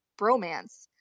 bromance